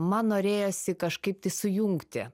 man norėjosi kažkaip tai sujungti